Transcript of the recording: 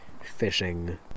fishing